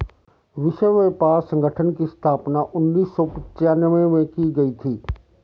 विश्व व्यापार संगठन की स्थापना उन्नीस सौ पिच्यानवे में की गई थी